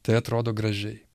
tai atrodo gražiai